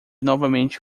novamente